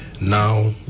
now